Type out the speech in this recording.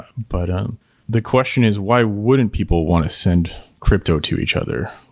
but um the question is why wouldn't people want to send crypto to each other?